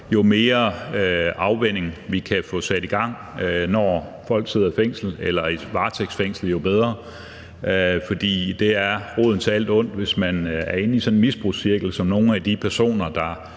Jo mere afvænning vi kan få sat i gang, når folk sidder i fængsel eller i et varetægtsfængsel, jo bedre. For det er roden til alt ondt, hvis man er inde i sådan en misbrugscirkel, som nogle af de personer,